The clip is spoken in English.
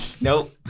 Nope